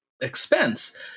expense